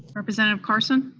representative carson?